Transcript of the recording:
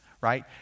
right